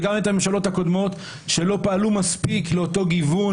וגם את הממשלות הקודמות שלא פעלו מספיק לאותו גיוון.